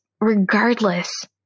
regardless